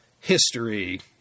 History